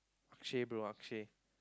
Akshay bro Akshay